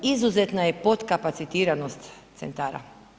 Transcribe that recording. Izuzetna je podkapacitiranost centara.